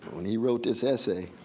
when he wrote this essay,